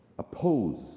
Oppose